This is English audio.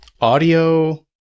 Audio